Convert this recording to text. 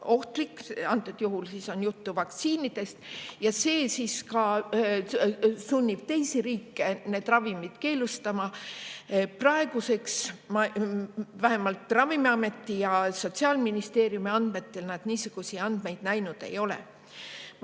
ohtlik – antud juhul on juttu vaktsiinidest –, ja see siis sunnib ka teisi riike need ravimid keelustama. Praeguseks vähemalt Ravimiameti ja Sotsiaalministeeriumi andmetel nad niisuguseid andmeid näinud ei ole. Ma